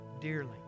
dearly